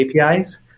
APIs